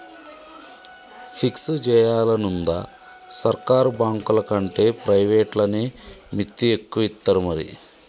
fix జేయాలనుందా, సర్కారు బాంకులకంటే ప్రైవేట్లనే మిత్తి ఎక్కువిత్తరు మరి